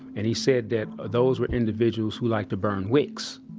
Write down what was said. and he said that those were individuals who liked to burn wicks.